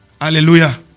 Hallelujah